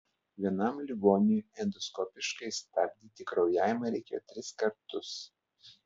vienam ligoniui endoskopiškai stabdyti kraujavimą reikėjo tris kartus